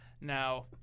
Now